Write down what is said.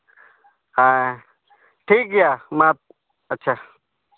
ᱦᱮᱸ ᱴᱷᱤᱠ ᱜᱮᱭᱟ ᱢᱟ ᱟᱪᱪᱷᱟ